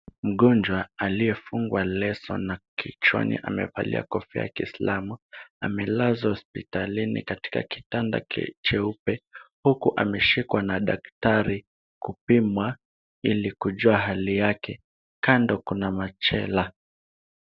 Mgonjwa aliyefungwa leso na kichwani amevalia kofia ya kiislamu amelazwa hospitalini katika kitanda cheupe huku ameshikwa na daktari kupimwa ili kujua hali yake. Kando kuna machela.